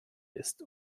ist